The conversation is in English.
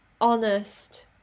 honest